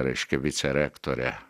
reiškia vicerektorė